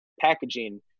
packaging